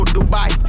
Dubai